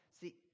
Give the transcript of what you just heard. See